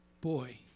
Boy